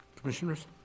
Commissioners